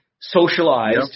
Socialized